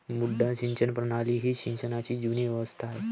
मुड्डा सिंचन प्रणाली ही सिंचनाची जुनी व्यवस्था आहे